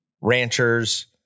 ranchers